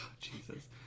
Jesus